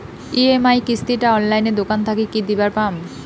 EMI কিস্তি টা অনলাইনে দোকান থাকি কি দিবার পাম?